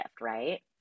Right